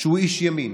שהוא איש ימין.